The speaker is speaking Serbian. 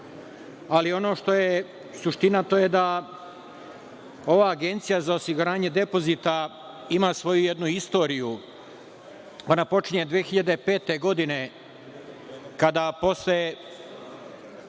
tržištu. Ono što je suština to je da ova Agencija za osiguranje depozita ima svoju jednu istoriju. Ona počinje 2005. godine kada se